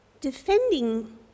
Defending